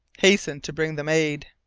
hasten to bring them aid.